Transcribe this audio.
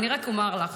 אני רק אומר לך